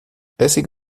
essig